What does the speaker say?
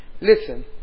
Listen